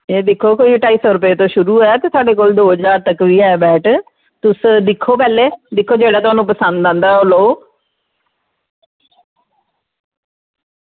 एह् दिक्खो साढ़े कोल ढाई सौ रपेआ कोला शुरू ऐ ते दो ज्हार रपेआ तगर ऐ तुस दिक्खो पैह्लें जेह्ड़ा थुहानूं पसंद औंदा ओह् लैओ